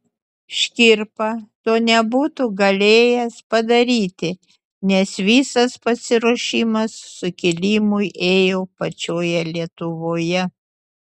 škirpa to nebūtų galėjęs padaryti nes visas pasiruošimas sukilimui ėjo pačioje lietuvoje